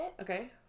Okay